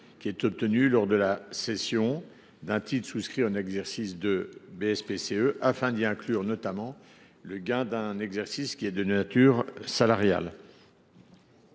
qui est obtenu lors de la cession d’un titre souscrit en exercice de BSPCE, afin d’y inclure notamment le gain d’exercice qui est de nature salariale.